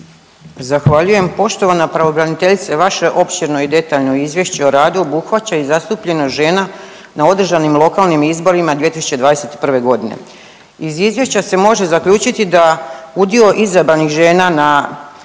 Zahvaljujem. Poštovana pravobraniteljice, vaše opširno i detaljno izvješće o radu obuhvaća i zastupljenost žena na održanim lokalnim izborima 2021.g.. Iz izvješća se može zaključiti da udio izabranih žena na,